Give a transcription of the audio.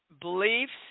beliefs